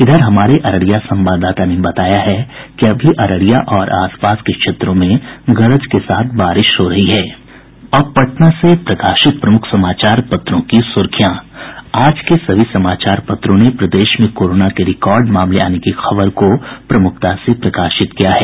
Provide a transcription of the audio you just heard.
उधर हमारे अररिया संवाददाता ने बताया है कि अभी अरिरया और आस पास के इलाकों में गरज के साथ बारिश हो रही है अब पटना से प्रकाशित प्रमुख समाचार पत्रों की सुर्खियां आज के सभी समाचार पत्रों ने प्रदेश में कोरोना के रिकार्ड मामले आने की खबर को प्रमुखता से प्रकाशित किया है